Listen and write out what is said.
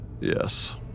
Yes